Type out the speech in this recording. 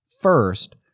first